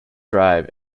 drive